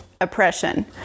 Oppression